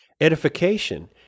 edification